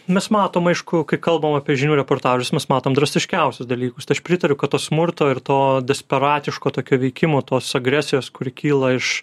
mes matom aišku kai kalbam apie žinių reportažus mes matom drastiškiausius dalykus tai aš pritariu kad tos smurto ir to desperatiško tokio veikimo tos agresijos kuri kyla iš